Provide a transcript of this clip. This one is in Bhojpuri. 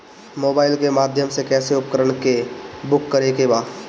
मोबाइल के माध्यम से कैसे उपकरण के बुक करेके बा?